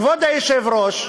כבוד היושב-ראש,